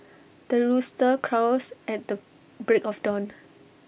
the rooster crows at the break of dawn